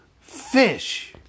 fish